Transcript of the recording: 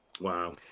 Wow